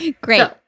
great